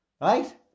Right